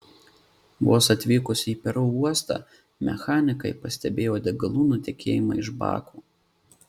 vos atvykus į peru uostą mechanikai pastebėjo degalų nutekėjimą iš bako